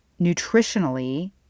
Nutritionally